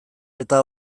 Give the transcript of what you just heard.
eta